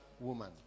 woman